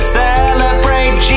celebrate